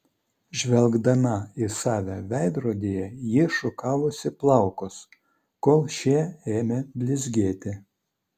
žvelgdama į save veidrodyje ji šukavosi plaukus kol šie ėmė blizgėti